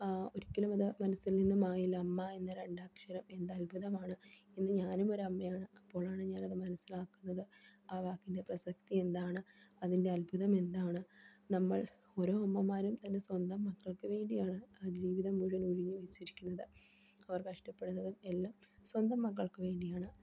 ഒരിക്കലും അത് മനസ്സിൽ നിന്നും ആലമ്മ എന്ന രണ്ടാക്ഷരം എന്ത അത്ഭുതമാണ് ഇന്ന് ഞാനും ഒരമ്മയാണ് അപ്പോളാണ് ഞാനത് മനസ്സിലാക്കുന്നത് ആ വാക്കിൻ്റെ പ്രസക്തി എന്താണ് അതിൻ്റെ അത്ഭുതം എന്താണ് നമ്മൾ ഓരോ അമ്മമാരും തന്നെ സ്വന്തം മക്കൾക്ക് വേണ്ടിയാണ് ആ ജീവിതം മുൂഴൻ ഒഴിഞ്ി വെച്ചിരിക്കുന്നത് അവർ കഷ്ടപ്പെടുന്നതും എല്ലാം സ്വന്തം മക്കൾക്ക് വേണ്ടിയാണ്